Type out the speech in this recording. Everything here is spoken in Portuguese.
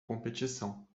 competição